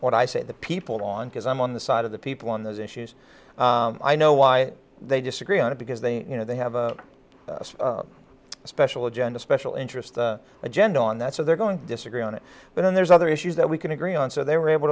what i say the people on because i'm on the side of the people on those issues i know why they disagree on it because they you know they have a special agenda special interest agenda on that so they're going to disagree on it but then there's other issues that we can agree on so they were able